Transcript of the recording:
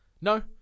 no